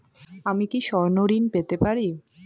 আমি কি স্বর্ণ ঋণ পেতে পারি?